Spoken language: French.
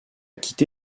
quitté